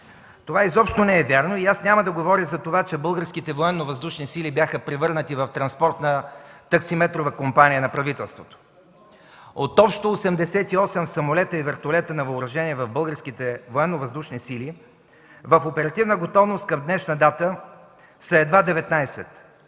Това изобщо не е вярно и аз няма да говоря за това, че Българските военновъздушни сили бяха превърнати в транспортна таксиметрова компания на правителството. От общо 88 самолета и вертолета на въоръжение в българските Военновъздушни сили в оперативна готовност към днешна дата са едва 19